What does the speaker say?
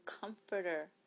Comforter